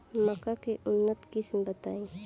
मक्का के उन्नत किस्म बताई?